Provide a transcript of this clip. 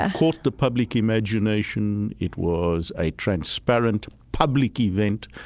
ah caught the public imagination. it was a transparent, public event.